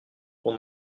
pour